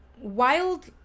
wild